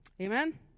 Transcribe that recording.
Amen